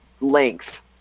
length